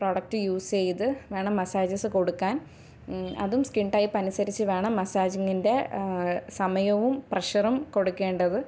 product use ചെയ്ത് വേണം massages കൊടുക്കാൻ അതും സ്കിൻ ടൈപ്പ് അനുസരിച്ച് വേണം മസാജിങ്ങിൻ്റെ സമയവും പ്രഷറും കൊടുക്കേണ്ടത്